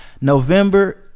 November